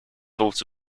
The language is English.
also